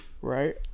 Right